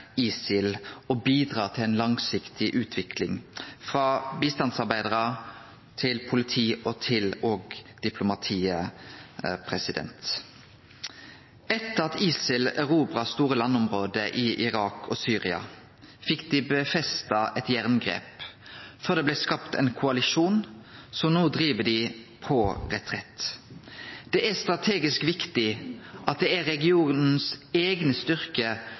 ISIL, for å bidra til ei langsiktig utvikling, frå bistandsarbeidarar til politi – og til diplomatiet. Etter at ISIL erobra store landområde i Irak og Syria, fekk dei styrkt sitt jerngrep før det blei skapt ein koalisjon som no driv dei til retrett. Det er strategisk viktig at det er regionens eigne